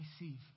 receive